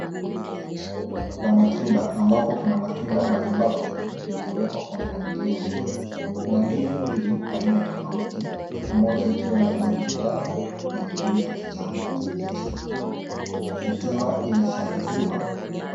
Soko la matunda ambapo kuna matunda mbalimbali yaliyowekwa kwa mpangilio mzuri. Kuna ndizi mbili aina tofauti moja ikiwa na rangi ya njano na ingine ya kijani kibichi ikiwa imeshangaliwa kwa